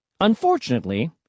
Unfortunately